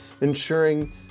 ensuring